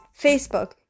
Facebook